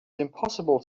impossible